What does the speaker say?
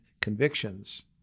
convictions